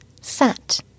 sat